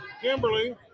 Kimberly